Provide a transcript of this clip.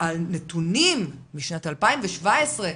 על נתונים משנת 2017,